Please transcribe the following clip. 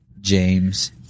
James